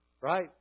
right